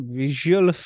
visual